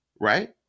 right